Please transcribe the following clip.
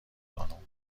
خانم